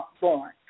born